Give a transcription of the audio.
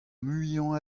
muiañ